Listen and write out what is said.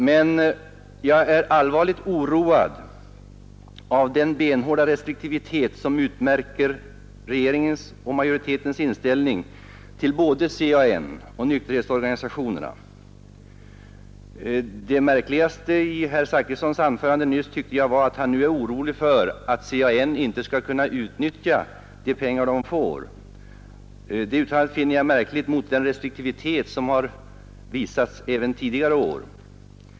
Men jag är allvarligt oroad av den benhårda restriktivitet, som utmärker regeringens och majoritetens inställning till både CAN och nykterhetsorganisationerna. Det märkligaste i herr Zachrissons anförande nyss tycker jag var att han är orolig för att CAN inte skall kunna utnyttja de pengar man får. Det uttalandet finner jag märkligt mot bakgrund av den restriktivitet som har visats även tidigare år.